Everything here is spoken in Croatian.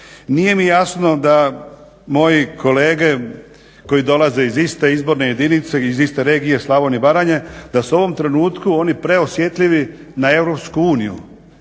Nije mi jasno da moji kolege koji dolaze iz iste izborne jedinice iz iste regije Slavonije i Baranje da su u ovom trenutku oni preosjetljivi na EU jer